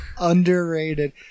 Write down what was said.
underrated